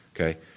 Okay